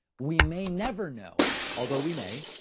we may never know although we may,